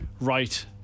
right